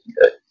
good